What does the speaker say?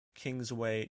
kingsway